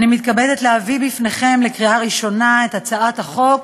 אני מתכבדת להביא בפניכם לקריאה ראשונה את הצעת חוק